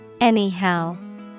Anyhow